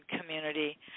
community